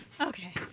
okay